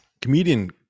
comedian